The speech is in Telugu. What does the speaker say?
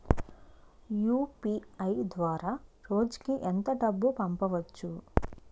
యు.పి.ఐ ద్వారా రోజుకి ఎంత డబ్బు పంపవచ్చు?